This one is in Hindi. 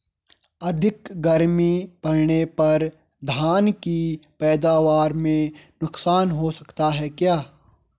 अधिक गर्मी पड़ने पर धान की पैदावार में नुकसान हो सकता है क्या?